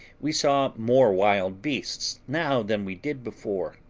we saw more wild beasts now than we did before,